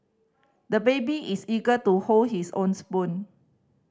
the baby is eager to hold his own spoon